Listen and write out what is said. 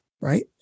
Right